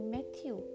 Matthew